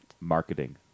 Marketing